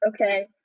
okay